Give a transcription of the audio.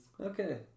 Okay